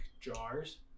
jars